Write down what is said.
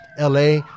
la